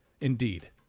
Indeed